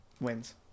wins